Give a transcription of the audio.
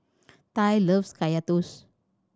Tai loves Kaya Toast